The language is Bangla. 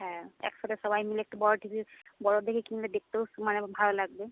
হ্যাঁ একসাথে সবাই মিলে একটু বড় টি ভি বড় দেখে কিনলে দেখতেও ভালো লাগবে